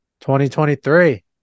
2023